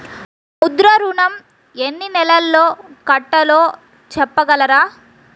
ముద్ర ఋణం ఎన్ని నెలల్లో కట్టలో చెప్పగలరా?